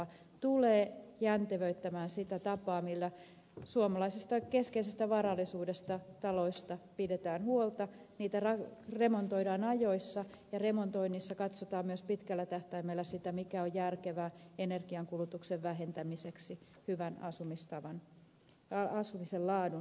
se tulee jäntevöittämään sitä tapaa millä suomalaisesta keskeisestä varallisuudesta taloista pidetään huolta niitä remontoidaan ajoissa ja remontoinnissa katsotaan myös pitkällä tähtäimellä sitä mikä on järkevää energiankulutuksen vähentämiseksi hyvän asumisen laadun saavuttamiseksi